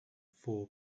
for